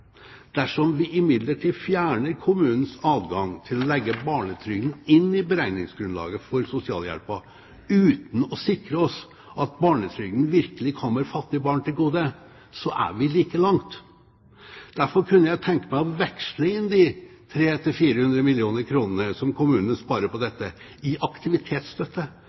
Dersom vi imidlertid fjerner kommunens adgang til å legge barnetrygden inn i beregningsgrunnlaget for sosialhjelpen uten å sikre oss at barnetrygden virkelig kommer fattige barn til gode, er vi like langt. Derfor kunne jeg tenke meg å veksle inn de 300–400 mill. kr som kommunene sparer på dette, i aktivitetsstøtte